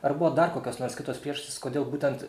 ar buvo dar kokios nors kitos priežastys kodėl būtent